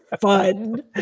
fun